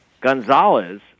Gonzalez